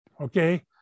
okay